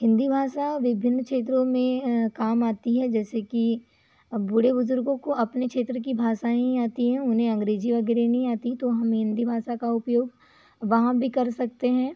हिंदी भाषा विभिन्न क्षेत्रों में काम आती है जेसे कि अब बूढ़े बुज़ुर्गों को अपने क्षेत्र की भाषाएं ही आती हैं उन्हें अंग्रेज़ी वगैरह नहीं आती है तो हमें हिंदी भाषा का उपयोग वहाँ भी कर सकते हैं